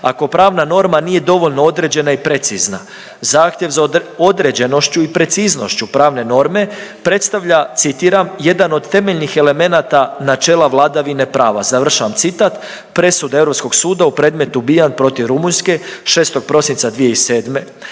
ako pravna norma nije dovoljno određena i precizna. Zahtjev za određenošću i preciznošću pravne norme predstavlja citiram „jedan od temeljnih elemenata načela vladavine prava“, presuda Europskog suda u predmetu Bijan protiv Rumunjske 6. prosinca 2007.,